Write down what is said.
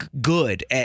good